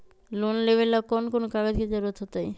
Loan लेवेला कौन कौन कागज के जरूरत होतई?